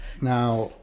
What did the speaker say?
now